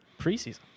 preseason